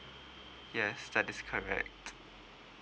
yes that is correct